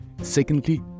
secondly